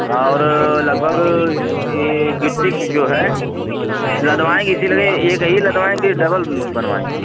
हाँ और लगभग ये गिट्टी के जो है लदवाएँगे इसी लगे एक ही लदवाएँगे ये डबल बनवाएँगे